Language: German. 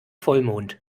vollmond